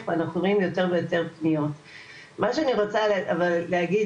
רם אני רוצה להוסיף,